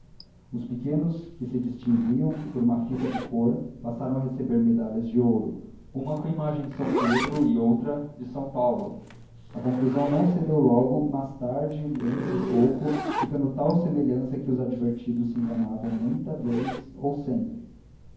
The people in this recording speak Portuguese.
os pequenos que se distinguiam por uma fita de cor passaram a receber medalhas de ouro uma com a imagem de são pedro outra com a de são paulo a confusão não cedeu logo mas tarde lento e pouco ficando tal semelhança que os advertidos se enganavam muita vez ou sempre